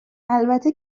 البته